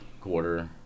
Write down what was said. quarter